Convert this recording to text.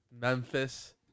Memphis